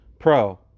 pro